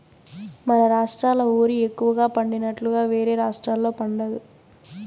మన రాష్ట్రాల ఓరి ఎక్కువగా పండినట్లుగా వేరే రాష్టాల్లో పండదు